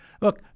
look